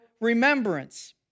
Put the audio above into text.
remembrance